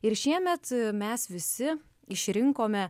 ir šiemet mes visi išrinkome